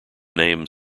name